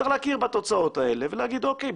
צריך להכיר בתוצאות האלה ולהגיר אוקי,